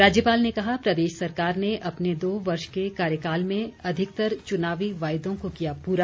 राज्यपाल ने कहा प्रदेश सरकार ने अपने दो वर्ष के कार्यकाल में अधिकतर चुनावी वायदों को किया पूरा